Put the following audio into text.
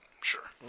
Sure